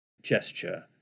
gesture